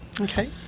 Okay